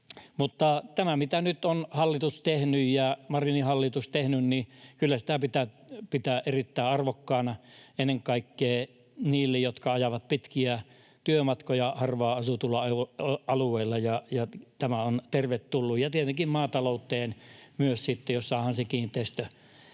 tätä, mitä nyt on hallitus tehnyt ja Marinin hallitus tehnyt, pitää kyllä pitää erittäin arvokkaana ennen kaikkea niille, jotka ajavat pitkiä työmatkoja harvaan asutuilla alueilla, ja tämä on tervetullutta. Ja tietenkin myös se, jos maatalouteen sitten